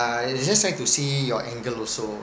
I just like to see your angle also